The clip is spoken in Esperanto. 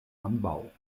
ambaŭ